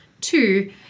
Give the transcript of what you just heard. Two